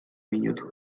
minutu